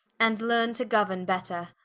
and learne to gouern better,